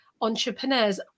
entrepreneurs